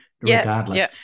regardless